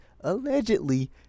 allegedly